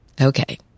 Okay